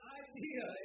idea